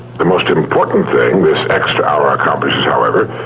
the most important thing this extra hour accomplishes, however,